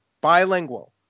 Bilingual